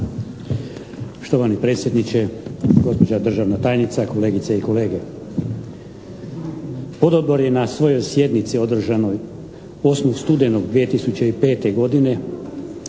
Štovani predsjedniče, gospođa državna tajnica, kolegice i kolege. Pododbor je na svojoj sjednici održanoj 8. studenog 2005. godine